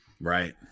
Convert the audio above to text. right